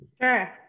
Sure